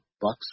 bucks